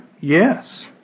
Yes